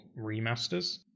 remasters